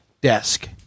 desk